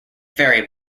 fairy